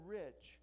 rich